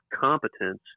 competence